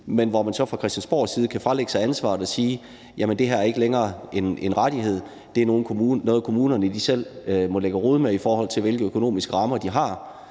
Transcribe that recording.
men hvor man så fra Christiansborgs side kan fralægge sig ansvaret og sige: Det her er ikke længere en rettighed; det er noget, kommunerne selv må ligge og rode med, i forhold til hvilke økonomiske rammer de har.